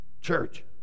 Church